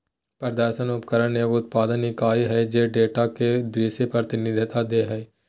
प्रदर्शन उपकरण एगो उत्पादन इकाई हइ जे डेटा के दृश्य प्रतिनिधित्व दे हइ